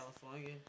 California